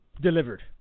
delivered